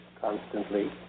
constantly